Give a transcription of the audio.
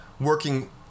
working